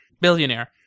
Billionaire